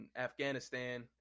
Afghanistan